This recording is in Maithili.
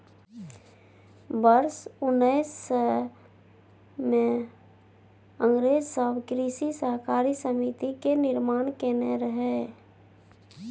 वर्ष उन्नैस सय मे अंग्रेज सब कृषि सहकारी समिति के निर्माण केने रहइ